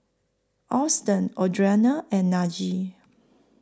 Auston Audriana and Najee